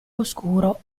oscuro